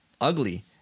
ugly